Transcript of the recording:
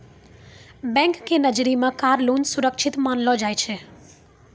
bank के नजरी मे कार लोन सुरक्षित मानलो जाय छै